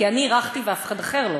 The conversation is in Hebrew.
כי אני הרחתי ואף אחד אחר לא,